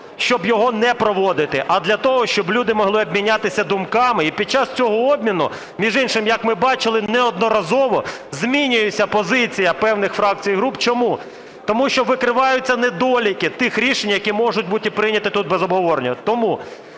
щоб його не проводити, а для того, щоб люди могли обмінятися думками, і під час цього обміну, між іншим, як ми бачили, неодноразово змінюється позиція певних фракцій і груп. Чому? Тому що викриваються недоліки тих рішень, які можуть бути прийняті тут без обговорення. Тому,